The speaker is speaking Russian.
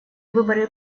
выборы